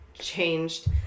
changed